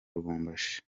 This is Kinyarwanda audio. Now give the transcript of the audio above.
lubumbashi